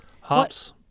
Hops